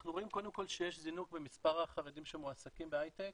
אנחנו רואים קודם כל שיש זינוק במספר החרדים שמועסקים בהייטק,